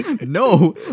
no